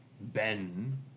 Ben